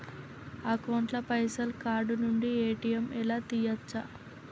Account ల పైసల్ card నుండి ఏ.టి.ఎమ్ లా తియ్యచ్చా?